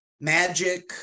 magic